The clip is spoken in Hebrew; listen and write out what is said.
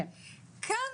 כאן,